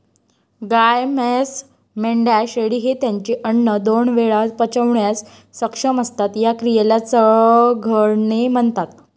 गाय, म्हैस, मेंढ्या, शेळी हे त्यांचे अन्न दोन वेळा पचवण्यास सक्षम असतात, या क्रियेला चघळणे म्हणतात